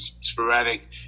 sporadic